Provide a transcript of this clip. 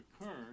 occur